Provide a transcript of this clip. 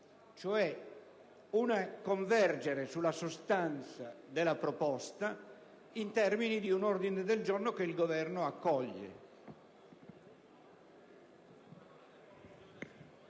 cioè convergere sulla sostanza della proposta in termini di un ordine del giorno, che il Governo accoglierebbe.